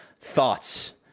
Thoughts